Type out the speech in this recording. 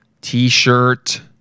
T-shirt